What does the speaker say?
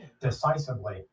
decisively